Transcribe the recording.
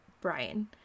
Brian